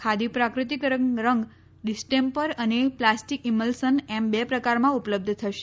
ખાદી પ્રાકૃતિક રંગ ડિસ્ટેમ્બર અને પ્લાસ્ટીક ઈમલ્સન એમ બે પ્રકારમાં ઉપલબ્ધ થશે